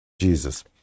Jesus